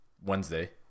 Wednesday